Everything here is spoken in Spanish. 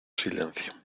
silencio